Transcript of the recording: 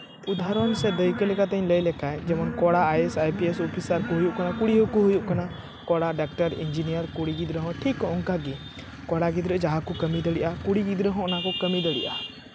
ᱩᱫᱟᱦᱚᱨᱚᱱ ᱥᱮ ᱫᱟᱹᱭᱠᱟᱹ ᱞᱮᱠᱟᱛᱤᱧ ᱞᱟᱹᱭ ᱞᱮᱠᱷᱟᱱ ᱠᱚᱲᱟ ᱟᱭᱮᱥ ᱟᱭᱯᱤᱮᱥ ᱚᱯᱷᱤᱥᱟᱨ ᱠᱚ ᱦᱩᱭᱩᱜ ᱠᱟᱱᱟ ᱠᱩᱲᱤ ᱦᱚᱸᱠᱚ ᱦᱩᱭᱩᱜ ᱠᱟᱱᱟ ᱠᱚᱲᱟ ᱰᱟᱠᱛᱟᱨ ᱤᱧᱡᱤᱱᱤᱭᱟᱨ ᱠᱩᱲᱤ ᱜᱤᱫᱽᱨᱟᱹ ᱦᱚᱸ ᱴᱷᱤᱠ ᱚᱱᱠᱟ ᱜᱮ ᱠᱚᱲᱟ ᱜᱤᱫᱽᱨᱟᱹ ᱡᱟᱦᱟᱸ ᱠᱚ ᱠᱟᱹᱢᱤ ᱫᱟᱲᱮᱭᱟᱜᱼᱟ ᱠᱩᱲᱤ ᱜᱤᱫᱽᱨᱟᱹ ᱦᱚᱸ ᱚᱱᱟ ᱠᱚ ᱠᱟᱹᱢᱤ ᱫᱟᱲᱮᱭᱟᱜᱼᱟ